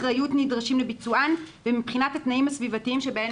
אחריות הנדרשים לביצוען ומבחינת התנאים הסביבתיים.